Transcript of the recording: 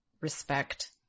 respect